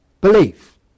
belief